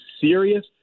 serious